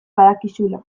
badakizula